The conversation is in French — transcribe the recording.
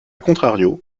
contrario